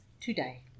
today